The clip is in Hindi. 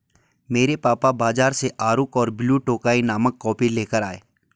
मेरे पापा बाजार से अराकु और ब्लू टोकाई नामक कॉफी लेकर आए